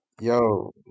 yo